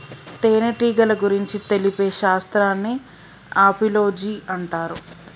తేనెటీగల గురించి తెలిపే శాస్త్రాన్ని ఆపిలోజి అంటారు